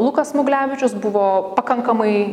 lukas smuglevičius buvo pakankamai